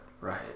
Right